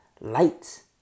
light